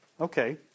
Okay